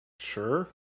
Sure